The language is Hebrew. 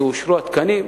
כשיאושרו התקנים,